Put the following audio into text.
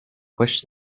pushed